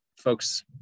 folks